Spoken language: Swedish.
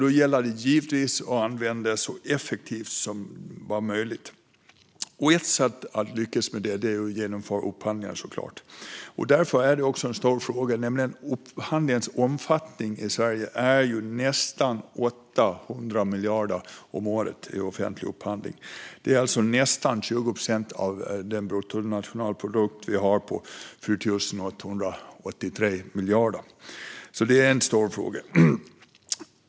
Då gäller det givetvis att använda pengarna så effektivt som möjligt. Ett sätt att lyckas med det är såklart att genomföra upphandlingar. Därför är det också en stor fråga. Den offentliga upphandlingens omfattning i Sverige är nästan 800 miljarder kronor om året. Det är alltså nästan 20 procent av vår bruttonationalprodukt på 4 883 miljarder kronor. Det är alltså en stor fråga.